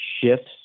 shifts